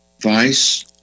vice